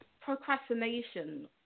procrastination